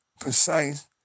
precise